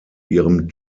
ihrem